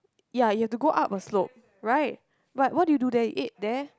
ya you have to go up a slope right but what do you do there you ate there